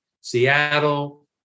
Seattle